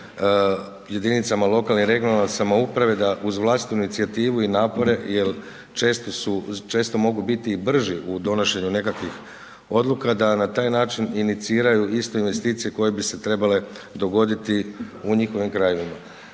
jedinicama lokalne i regionalne samouprave da uz vlastitu inicijativu i napore jer često mogu biti i brži u donošenju nekakvih odluka da na taj način iniciraju isto investicije koje bi se trebale dogoditi u njihovim krajevima.